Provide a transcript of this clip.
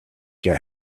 get